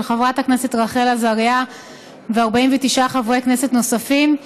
של חברת הכנסת רחל עזריה ו-49 חברי כנסת נוספים,